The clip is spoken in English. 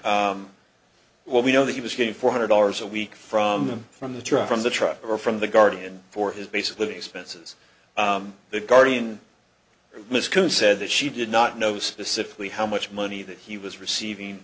well we know that he was getting four hundred dollars a week from them from the truck from the truck or from the guardian for his basic living expenses the guardian mr cohen said that she did not know specifically how much money that he was receiving